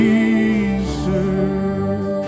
Jesus